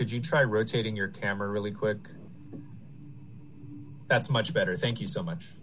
could you try rotating your camera really quick that's much better thank you so much